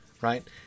right